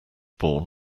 born